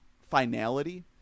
finality